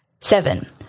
Seven